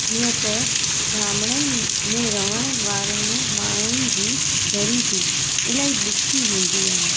जीअं त ॻामड़नि में रहणु वारनि माण्हुनि जी ग़रीबी इलाही ॾुखी हूंदी आहे